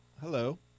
Hello